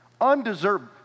undeserved